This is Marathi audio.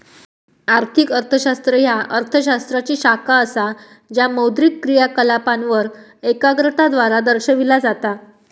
आर्थिक अर्थशास्त्र ह्या अर्थ शास्त्राची शाखा असा ज्या मौद्रिक क्रियाकलापांवर एकाग्रता द्वारा दर्शविला जाता